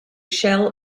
shell